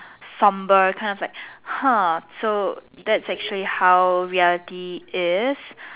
somber kind of like !huh! so that's actually how reality is